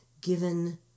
given